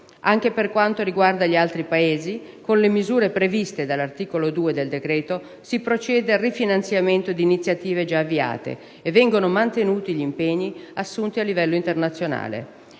Anche per quanto riguarda gli altri Paesi, con le misure previste dall'articolo 2 del decreto, si procede al rifinanziamento di iniziative già avviate e vengono mantenuti gli impegni assunti a livello internazionale.